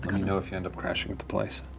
kind of know if you end up crashing at the place.